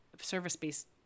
service-based